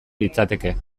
litzateke